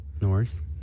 North